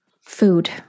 food